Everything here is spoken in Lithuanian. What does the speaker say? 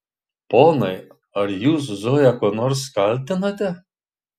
ponai ar jūs zoją kuo nors kaltinate